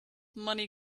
money